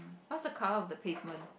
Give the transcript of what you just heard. what's the color of the pavement